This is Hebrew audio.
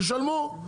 תשלמו.